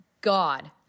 God